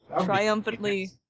triumphantly